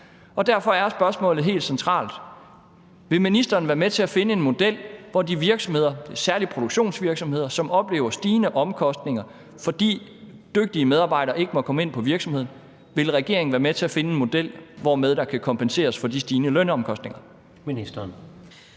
og derfor er spørgsmålet helt centralt: Vil ministeren være med til at finde en model, hvor de virksomheder – og det er særlig produktionsvirksomheder – som oplever stigende omkostninger, fordi dygtige medarbejdere ikke må komme ind på virksomheden, kompenseres for de stigende lønomkostninger? Kl.